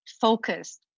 focused